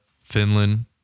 Finland